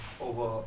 over